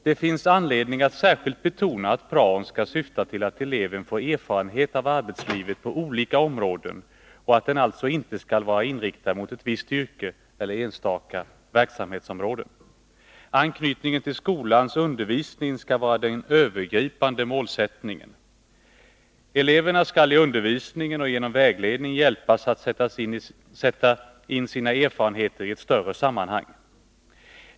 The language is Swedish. Det finns anledning att särskilt betona att praon skall syfta till att eleverna får erfarenhet av arbetslivet på olika områden och att den alltså inte skall vara inriktad mot ett visst yrke eller ett enstaka verksamhetsområde. Anknytningen till skolans undervisning skall vara den övergripande målsättningen. Eleverna skall i undervisningen och genom vägledning hjälpas att sätta in sina erfarenheter i ett större sammanhang.